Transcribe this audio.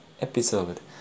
episode